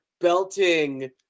belting